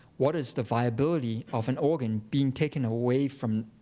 what is the viability of an organ being taken away from,